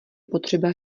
potřeba